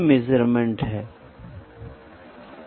measurement का क्या कार्य है